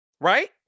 right